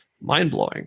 mind-blowing